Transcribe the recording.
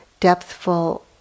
depthful